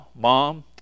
Mom